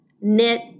knit